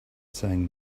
saying